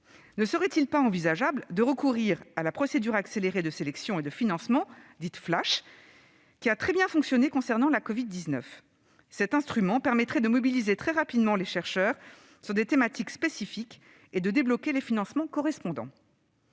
Ne serait-il pas envisageable de recourir à la procédure accélérée de sélection et de financement dite « flash », qui a très bien fonctionné concernant la covid-19 ? Cet instrument permettrait de mobiliser très rapidement les chercheurs sur des thématiques spécifiques et de débloquer les financements correspondants.